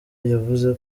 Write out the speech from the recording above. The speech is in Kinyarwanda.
yavuze